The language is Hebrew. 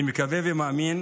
אני מקווה ומאמין